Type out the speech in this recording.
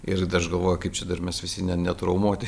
ir tada aš galvoju kaip čia dar mes visi ne netraumuoti